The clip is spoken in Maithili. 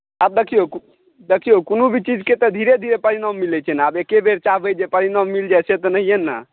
आब देखियौ कोनो भी चीजके तऽ धीरे धीरे परिणाम मिलैत छै ने आब एकेबेर चाहबै जे परिणाम मिल जाए से तऽ नहिए ने